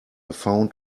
found